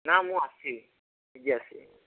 ନାଁ ମୁଁ ଆସିବି ନିଜେ ଆସିବି